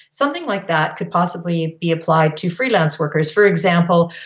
something like that could possibly be applied to freelance workers. for example,